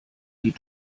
die